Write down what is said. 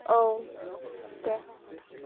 औ दे